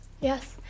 Yes